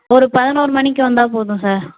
ஒரு பதினோரு மணிக்கு வந்தால் போதும் சார்